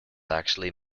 actually